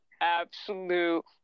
absolute